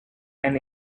and